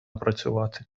працювати